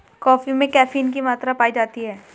coffee में caffeine की मात्रा पाई जाती है